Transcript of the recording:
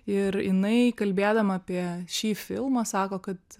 ir inai kalbėdama apie šį filmą sako kad